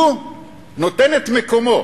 הוא נותן את מקומו